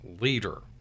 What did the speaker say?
leader